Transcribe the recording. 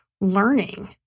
learning